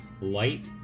light